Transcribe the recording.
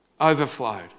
overflowed